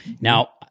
Now